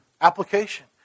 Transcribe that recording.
application